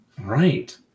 Right